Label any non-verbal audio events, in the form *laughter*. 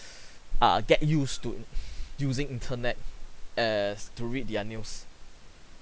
*breath* are get used to *breath* using internet as to read their news